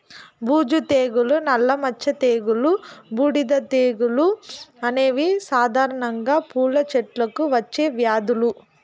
బూజు తెగులు, నల్ల మచ్చ తెగులు, బూడిద తెగులు అనేవి సాధారణంగా పూల చెట్లకు వచ్చే వ్యాధులు